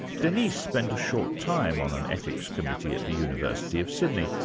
denise spent a short time on an ethics committee at the university of sydney.